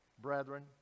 brethren